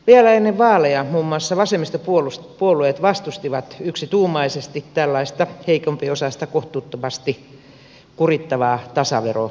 vielä ennen vaaleja muun muassa vasemmistopuolueet vastustivat yksituumaisesti tällaista heikompiosaista kohtuuttomasti kurittavaa tasaveromenettelyä